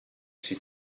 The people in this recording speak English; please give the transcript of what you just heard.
she